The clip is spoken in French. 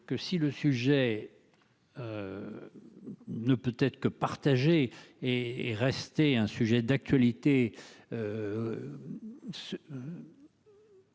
que si le sujet. Ne peut être que partagés et est rester un sujet d'actualité.